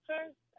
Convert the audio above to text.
First